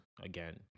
again